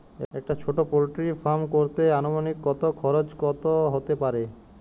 একটা ছোটো poultry farm করতে আনুমানিক কত খরচ কত হতে পারে?